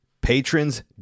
patrons